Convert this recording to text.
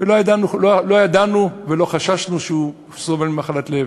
לא ידענו ולא חששנו שהוא סובל ממחלת לב.